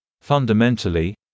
Fundamentally